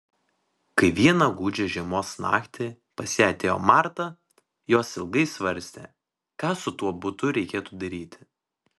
kai vieną gūdžią žiemos naktį pas ją atėjo marta jos ilgai svarstė ką su tuo butu reikėtų daryti